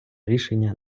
рішення